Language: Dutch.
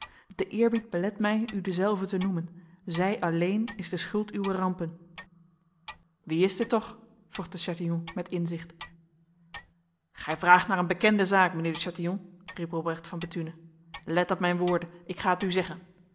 de eerbied belet mij u dezelve te noemen zij alleen is de schuld uwer rampen wie is dit toch vroeg de chatillon met inzicht gij vraagt naar een bekende zaak mijnheer de chatillon riep robrecht van bethune let op mijn woorden ik ga het u zeggen